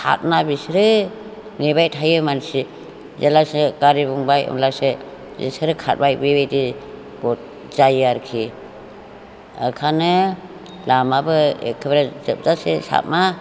खारा बिसोरो नेबाय थायो मानसि जेब्लासो गारि बुंबाय अब्लासो बिसोरो खारबाय बेबायदि बुरजायै आरोखि ओंखायनो लामाबो एखेबारे जोबजासे साबा